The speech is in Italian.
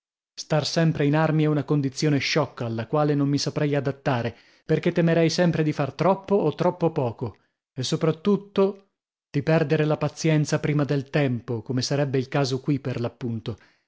star sempre in armi è una condizione sciocca alla quale non mi saprei adattare perchè temerei sempre di far troppo o troppo poco e sopra tutto di perdere la pazienza prima del tempo come sarebbe il caso qui per